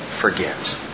forget